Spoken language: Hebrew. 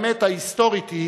האמת ההיסטורית היא